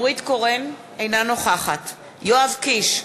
אינה נוכחת יואב קיש,